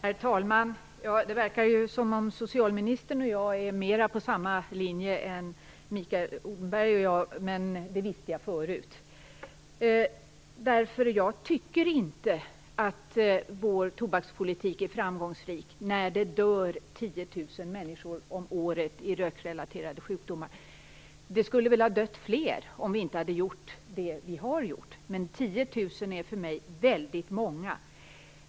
Herr talman! Det verkar som om socialministern och jag är mera inne på samma linje än Mikael Odenberg och jag, men det visste jag förut. Jag tycker nämligen inte att vår tobakspolitik är framgångsrik när det dör 10 000 människor om året i rökrelaterade sjukdomar. Det skulle väl ha dött fler om vi inte hade gjort det vi har gjort, men 10 000 är för mig väldigt många.